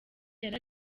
yari